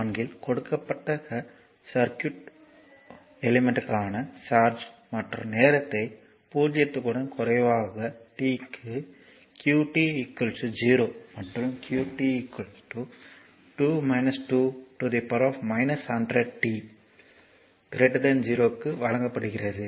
4 இல் கொடுக்கப்பட்ட சுற்று உறுப்புக்கான சார்ஜ் மற்றும் நேரத்தை 0 க்கும் குறைவாக t க்கு qt 0 மற்றும் qt 2 2 100t t 0 க்கு வழங்கப்படுகிறது